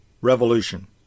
revolution